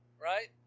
right